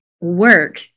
work